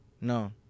No